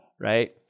right